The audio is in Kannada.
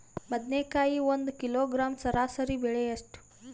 ಬದನೆಕಾಯಿ ಒಂದು ಕಿಲೋಗ್ರಾಂ ಸರಾಸರಿ ಬೆಲೆ ಎಷ್ಟು?